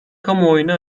kamuoyuna